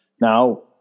Now